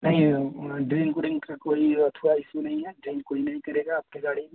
नहीं ड्रिंक उरिंक कोई अथुवा ऐसी नहीं है ड्रिंक कोई नहीं करेगा आपके गाड़ी में